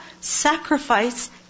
sacrifice